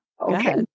Okay